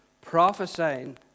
Prophesying